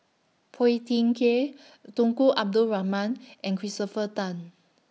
Phua Thin Kiay Tunku Abdul Rahman and Christopher Tan